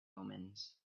omens